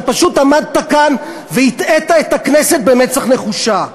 אתה פשוט עמדת כאן והטעית את הכנסת במצח נחושה.